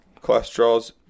cholesterols